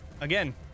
again